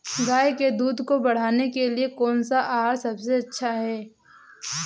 गाय के दूध को बढ़ाने के लिए कौनसा आहार सबसे अच्छा है?